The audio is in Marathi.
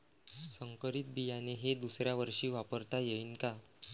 संकरीत बियाणे हे दुसऱ्यावर्षी वापरता येईन का?